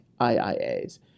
IIAs